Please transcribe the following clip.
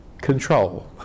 control